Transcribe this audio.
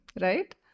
right